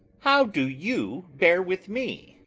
how do you bear with me?